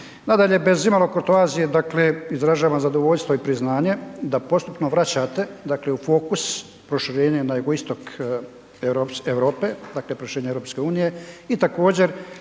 Nadalje, bez imalo kurtoazije, dakle izražavam zadovoljstvo i priznanje da postupno vraćate, dakle u fokus proširenje na jugoistok Europe, dakle proširenje EU i također,